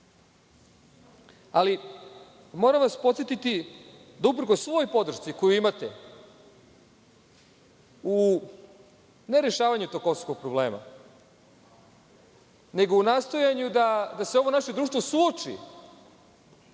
Ali, moramo vas podsetiti da, uprkos svoj podršci koju imate, ne u rešavanju tog kosovskog problema, nego u nastojanju da se ovo naše društvo suoči